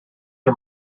are